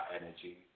energy